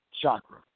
chakra